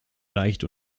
leicht